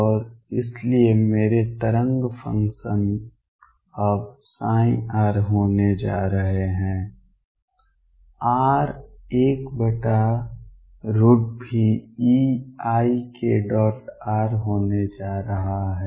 और इसलिए मेरे तरंग फंक्शन अब r होने जा रहे हैं 1Veikr होने जा रहा है